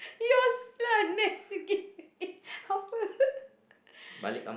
your lah next you give me apa